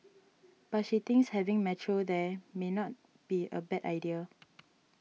but she thinks having Metro there may not be a bad idea